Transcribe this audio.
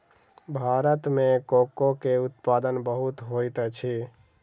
भारत में कोको के उत्पादन बहुत होइत अछि